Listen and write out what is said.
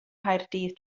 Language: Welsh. nghaerdydd